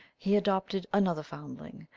he adopted another foundling,